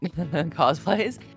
cosplays